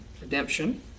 redemption